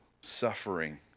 suffering